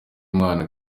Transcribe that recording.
mwana